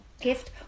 gift